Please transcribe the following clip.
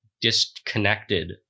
disconnected